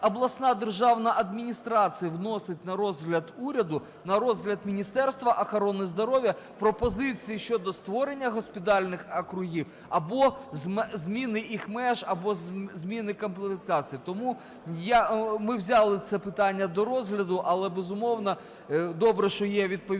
обласна державна адміністрація вносить на розгляд уряду, на розгляд Міністерства охорони здоров'я пропозиції щодо створення госпітальних округів або зміни їх меж, або зміни комплектації. Тому я, ми взяли це питання до розгляду, але, безумовно, добре, що є відповідна